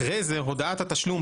אחרי זה הודעת התשלום,